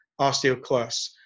osteoclasts